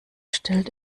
stellt